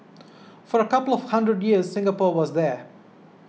for a couple of hundred years Singapore was there